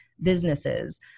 businesses